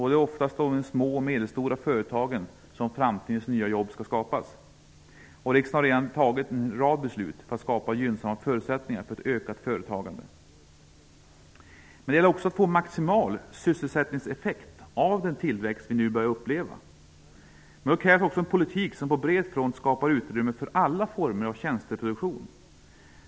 Det är ofta i de små och medelstora företagen som framtidens nya jobb skall skapas. Riksdagen har redan tagit en rad beslut för att skapa gynnsamma förutsättningar för ett ökat företagande. Det gäller att få maximal sysselsättningseffekt av den tillväxt vi nu börjar uppleva. Men då krävs en politik som på bred front skapar utrymme för alla former av tjänsteproduktion.